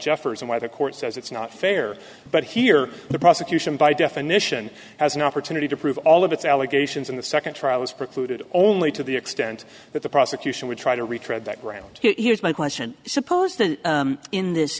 where the court says it's not fair but here the prosecution by definition has an opportunity to prove all of its allegations in the second trial was precluded only to the extent that the prosecution would try to retread that ground here's my question suppose that in this